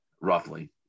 roughly